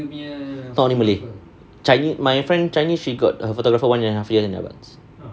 not only malay chinese my friend chinese she got her photographer one and a half year in advance